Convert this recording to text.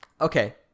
Okay